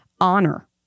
honor